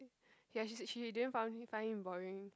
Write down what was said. ya she said she didn't found find him boring